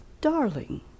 darling